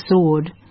sword